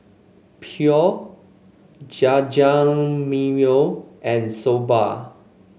Pho Jajangmyeon and Soba